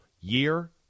Year